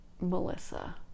Melissa